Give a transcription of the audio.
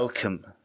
Welcome